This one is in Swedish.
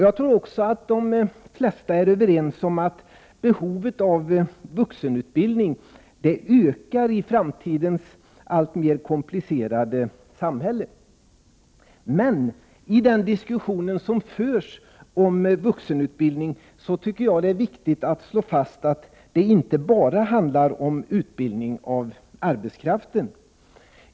Jag tror också att de flesta är överens om att behovet av vuxenutbildning ökar i framtidens alltmer komplicerade samhälle. I den diskussion som förs om vuxenutbildningen tycker jag emellertid att det är viktigt att slå fast att det inte bara handlar om utbildning av arbetskraften.